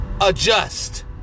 Adjust